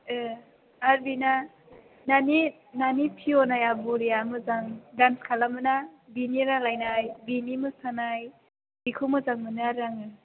एह आरो बेना नानि नानि पियनाया बरिया मोजां गान खालामो ना बिनि रायलायनाय बिनि मोसानाय बिखौ मोजां मोनो आरो आङो